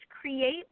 Create